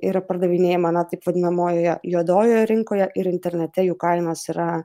yra pardavinėjama na taip vadinamojoje juodojoje rinkoje ir internete jų kainos yra